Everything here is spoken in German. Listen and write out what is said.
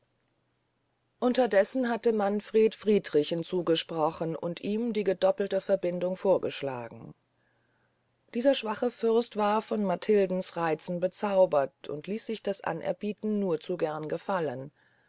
unterdessen hatte manfred friedrichen zugesprochen und ihm die gedoppelte verbindung vorgeschlagen dieser schwache fürst war von matildens reizen bezaubert und ließ sich das anerbieten nur zu gern gefallen